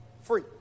free